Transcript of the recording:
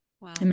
Wow